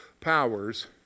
powers